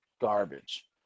garbage